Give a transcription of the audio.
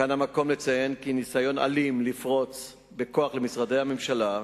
כאן המקום לציין כי ניסיון אלים לפרוץ בכוח למשרדי הממשלה,